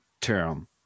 term